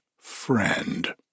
friend